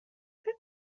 فکر